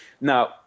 Now